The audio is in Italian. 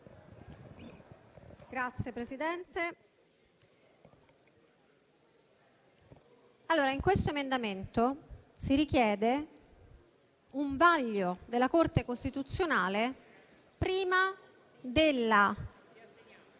Signora Presidente, in questo emendamento si richiede un vaglio della Corte costituzionale prima della